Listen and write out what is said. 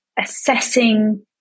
assessing